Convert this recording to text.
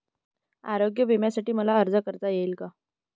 आरोग्य विम्यासाठी मला अर्ज करता येईल का?